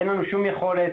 אין לו שום יכולת